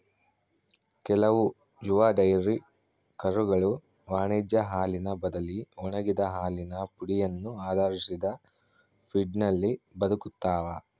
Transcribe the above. ಕೆಲವು ಯುವ ಡೈರಿ ಕರುಗಳು ವಾಣಿಜ್ಯ ಹಾಲಿನ ಬದಲಿ ಒಣಗಿದ ಹಾಲಿನ ಪುಡಿಯನ್ನು ಆಧರಿಸಿದ ಫೀಡ್ನಲ್ಲಿ ಬದುಕ್ತವ